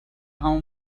همون